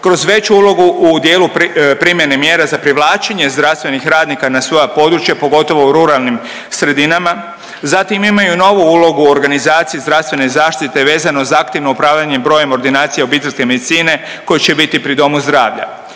kroz veću ulogu u dijelu primjene mjera za privlačenje zdravstvenih radnika na svoja područja pogotovo u ruralnim sredinama. Zatim imaju novu ulogu u organizaciji zdravstvene zaštite vezano za aktivno upravljanje brojem ordinacija obiteljske medicine koje će biti pri domu zdravlja.